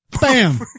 Bam